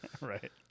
Right